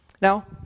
Now